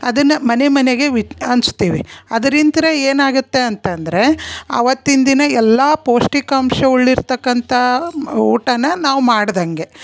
ಅದನ್ನು ಮನೆ ಮನೆಗೆ ವಿದ್ ಹಂಚ್ತಿವಿ ಅದರಿಂತ ಏನಾಗುತ್ತೆ ಅಂತ ಅಂದರೆ ಅವತ್ತಿನ ದಿನ ಎಲ್ಲ ಪೌಷ್ಟಿಕಾಂಶವುಳ್ಳ ಇರ್ತಕ್ಕಂಥ ಊಟನ ನಾವು ಮಾಡಿದಂಗೆ